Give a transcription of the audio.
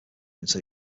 until